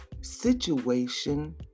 situation